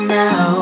now